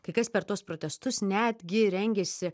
kai kas per tuos protestus netgi rengėsi